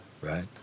Right